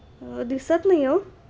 दिसत नाही आहे ओ